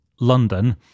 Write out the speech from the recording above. London